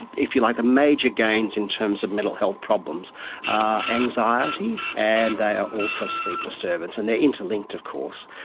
if you like the major gains in terms of mental health problems are anxiety and they are also sleep disturbance, and they are interlinked of course,